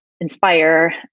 inspire